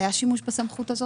היה שימוש בסמכות הזאת?